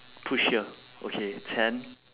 push here okay ten